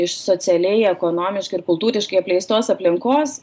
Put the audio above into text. iš socialiai ekonomiškai ir kultūriškai apleistos aplinkos